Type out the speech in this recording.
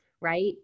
right